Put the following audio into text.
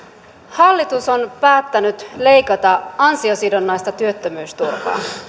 hallitus on päättänyt leikata ansiosidonnaista työttömyysturvaa